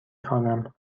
خوانم